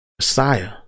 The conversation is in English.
Messiah